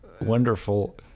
wonderful